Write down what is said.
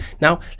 now